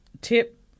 tip